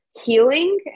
healing